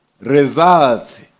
results